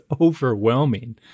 overwhelming